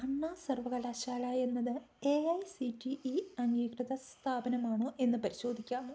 അണ്ണാ സർവകലാശാല എന്നത് A I C T E അംഗീകൃത സ്ഥാപനമാണോ എന്ന് പരിശോധിക്കാമോ